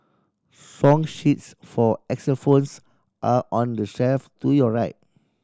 song sheets for xylophones are on the shelf to your right